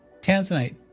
Tanzanite